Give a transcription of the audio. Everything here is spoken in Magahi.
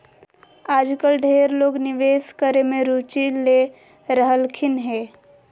आजकल ढेर लोग निवेश करे मे रुचि ले रहलखिन हें